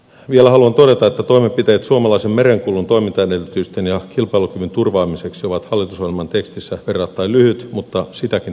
vielä haluan todeta että toimenpiteet suomalaisen merenkulun toimintaedellytysten ja kilpailukyvyn turvaamiseksi ovat hallitusohjelman tekstissä verrattain lyhyt mutta sitäkin tärkeämpi osa